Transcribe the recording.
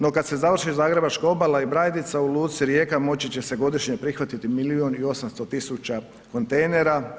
No, kad se završi Zagrebačka obala i Brajdica u luci Rijeka, moći će se godišnje prihvatiti milijun i 800 tisuća kontejnera.